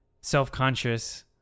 self-conscious